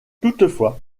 toutefois